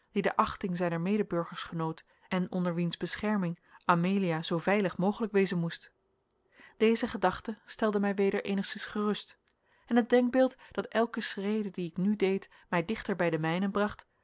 die de achting zijner medeburgers genoot en onder wiens bescherming amelia zoo veilig mogelijk wezen moest deze gedachte stelde mij weder enigszins gerust en het denkbeeld dat elke schrede die ik nu deed mij dichter bij de mijnen bracht